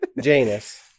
janus